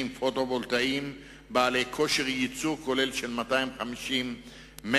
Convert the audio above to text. פוטו-וולטאיים עם כושר ייצור כולל של 250 מגוואט.